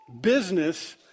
business